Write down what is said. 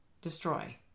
Destroy